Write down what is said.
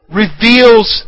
reveals